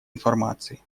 информации